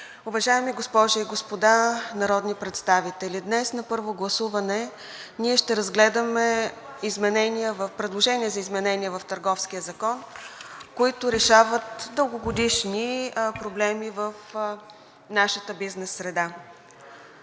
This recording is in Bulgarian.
Уважаеми госпожи и господа народни представители, днес на първо гласуване ние ще разгледаме предложение за изменения в Търговския закон, които решават дългогодишни проблеми в нашата бизнес среда.